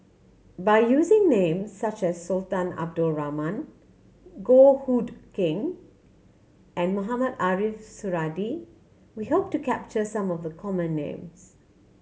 by using names such as Sultan Abdul Rahman Goh Hood Keng and Mohamed Ariff Suradi we hope to capture some of the common names